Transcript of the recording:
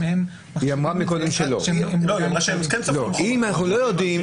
אם אנחנו לא יודעים,